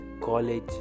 college